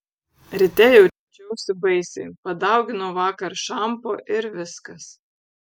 ryte jaučiausi baisiai padauginau vakar šampo ir viskas